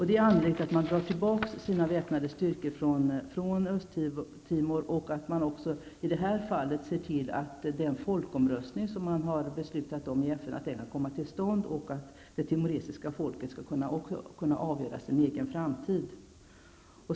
Det är angeläget att man drar tillbaka sina väpnade styrkor från Östtimor, och att man också i det här fallet ser till att den folkomröstning som har beslutats i FN kan komma till stånd, så att det timoresiska folket skall kunna avgöra sin egen framtid.